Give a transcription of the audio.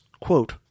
quote